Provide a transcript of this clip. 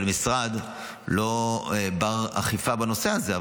אבל המשרד לא בר סמכא בנושא הזה.